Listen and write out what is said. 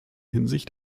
hinsicht